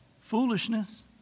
foolishness